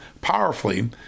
powerfully